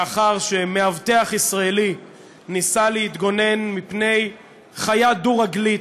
לאחר שמאבטח ישראלי ניסה להתגונן מפני חיה דו-רגלית,